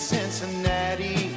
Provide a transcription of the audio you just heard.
Cincinnati